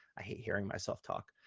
i hate hearing myself talk.